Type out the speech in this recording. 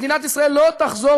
מדינת ישראל לא תחזור,